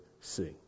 see